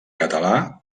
català